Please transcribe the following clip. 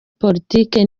politiki